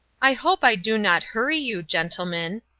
i hope i do not hurry you, gentlemen,